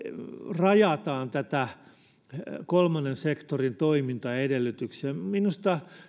rajataan näitä kolmannen sektorin toimintaedellytyksiä minusta